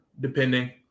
depending